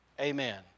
Amen